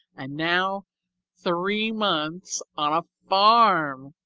and now three months on a farm!